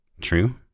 true